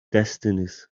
destinies